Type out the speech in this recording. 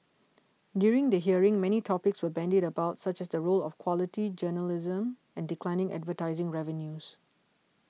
during the hearing many topics were bandied about such as the role of quality journalism and declining advertising revenues